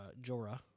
Jorah